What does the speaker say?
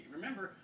Remember